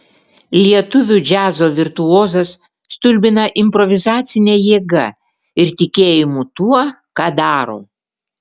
lietuvių džiazo virtuozas stulbina improvizacine jėga ir tikėjimu tuo ką daro